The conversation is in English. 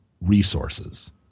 resources